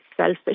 selfish